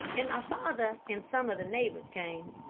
and my father and some of the neighbors came.